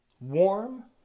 warm